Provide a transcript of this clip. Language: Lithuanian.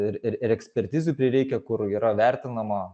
ir ir ir ekspertizių prireikia kur yra vertinama